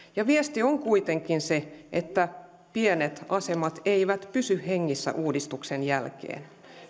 viesti on kuitenkin se että pienet asemat eivät pysy hengissä uudistuksen jälkeen